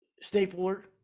stapler